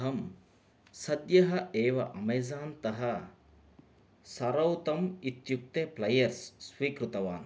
अहं सद्यः एव अमेज़ान् तः सरौतम् इत्युक्ते प्लयेर्स् स्वीकृतवान्